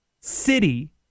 city